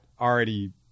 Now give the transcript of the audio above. already